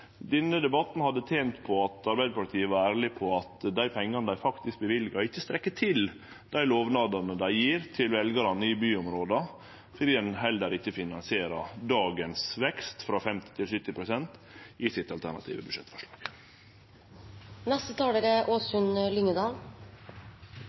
Denne debatten hadde tent på at Arbeidarpartiet var ærlege om at dei pengane dei faktisk løyver, ikkje strekk til til dei lovnadene dei gjev til veljarane i byområda, fordi dei heller ikkje finansierer dagens vekst frå 50 pst. til 70 pst. i det alternative budsjettforslaget sitt.